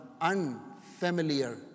unfamiliar